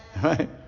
Right